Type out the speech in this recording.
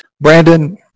Brandon